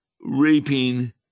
reaping